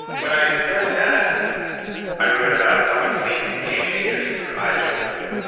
when i said that i wrote about sonic sleep in game changers, your eyes rolled.